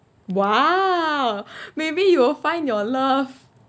!wow! maybe you will find your love